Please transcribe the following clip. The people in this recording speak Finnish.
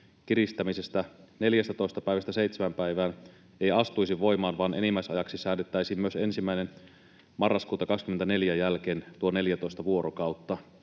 kiristämisestä 14 päivästä 7 päivään ei astuisi voimaan vaan enimmäisajaksi säädettäisiin myös 1. marraskuuta 2024 jälkeen tuo 14 vuorokautta.